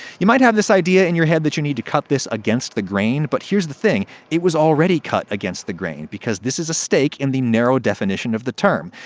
you might have this idea in your head that you need to cut this against the grain. but here the thing it was already cut against the grain, because this is a steak in the narrow definition of the term.